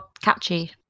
catchy